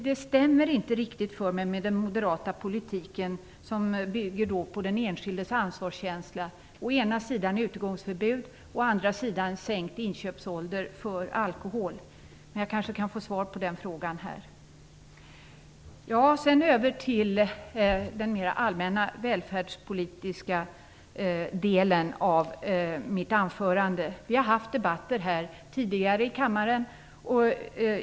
Det stämmer inte riktigt för mig med tanke på den moderata politiken, som ju bygger på den enskildes ansvarskänsla - å ena sidan utegångsförbud, å andra sidan sänkt inköpsålder för alkohol. Jag kan kanske få svar på den frågan här. Sedan över till den mer allmänna välfärdspolitiska delen av mitt anförande. Vi har haft debatter tidigare här i kammaren.